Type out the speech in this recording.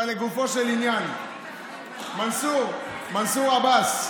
אבל לגופו של עניין, מנסור, מנסור עבאס,